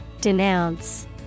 Denounce